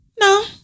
No